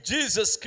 Jesus